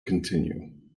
continue